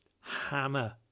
hammer